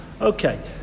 Okay